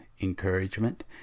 encouragement